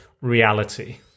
reality